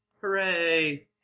Hooray